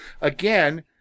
again